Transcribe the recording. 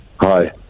Hi